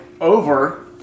over